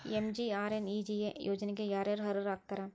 MGNREGA ಯೋಜನೆಗೆ ಯಾರ ಯಾರು ಅರ್ಹರು ಆಗ್ತಾರ?